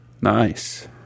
Nice